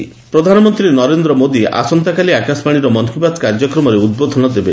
PM Mann Ki Baat ପ୍ରଧାନମନ୍ତ୍ରୀ ନରେନ୍ଦ୍ର ମୋଦି ଆସନ୍ତାକାଲି ଆକାଶବାଶୀର ମନ୍ କି ବାତ୍ କାର୍ଯ୍ୟକ୍ରମରେ ଉଦ୍ବୋଧନ ଦେବେ